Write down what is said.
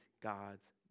God's